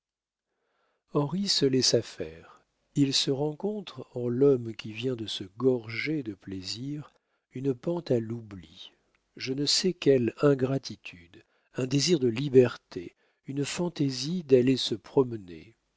henri se laissa faire il se rencontre en l'homme qui vient de se gorger de plaisir une pente à l'oubli je ne sais quelle ingratitude un désir de liberté une fantaisie d'aller se promener